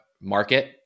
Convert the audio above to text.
market